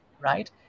right